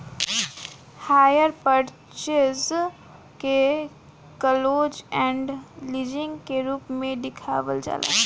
hire purchase के close end leasing के रूप में देखावल जाला